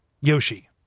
Yoshi